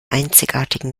einzigartigen